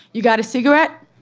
you got a cigarette?